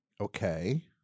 Okay